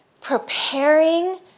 preparing